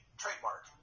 trademark